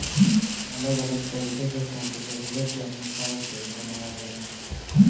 अलग अलग तरीका के फंड जरूरत के अनुसार से बनावल जाला